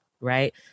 right